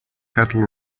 cattle